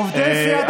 עובדי סיעת הקואליציה.